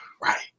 Right